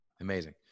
amazing